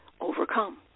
overcome